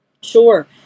Sure